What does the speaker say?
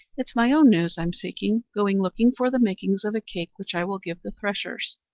it's my own news i'm seeking. going looking for the makings of a cake which i will give the threshers,